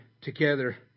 together